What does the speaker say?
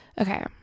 Okay